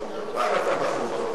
אני בחור טוב.